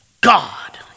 God